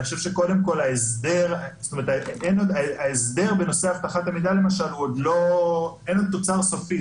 חושב שההסדר בנושא אבטחת המידע אין עוד תוצר סופי,